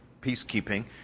peacekeeping